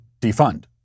defund